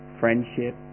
friendship